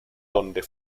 donde